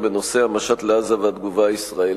בנושא: המשט לעזה והתגובה הישראלית,